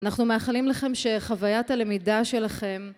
אנחנו מאחלים לכם שחוויית הלמידה שלכם